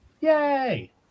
yay